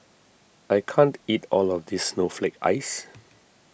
I can't eat all of this Snowflake Ice